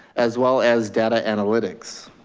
as well as data analytics.